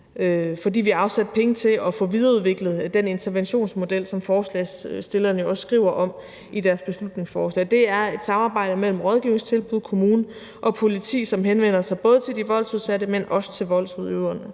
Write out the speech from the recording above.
For vi har afsat penge til at få videreudviklet den interventionsmodel, som forslagsstillerne jo også skriver om i deres beslutningsforslag, og det er et samarbejde mellem rådgivningstilbud, kommune og politi, som både henvender sig til de voldsudsatte, men også til voldsudøverne.